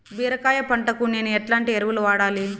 బీరకాయ పంటకు నేను ఎట్లాంటి ఎరువులు వాడాలి?